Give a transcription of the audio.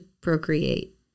procreate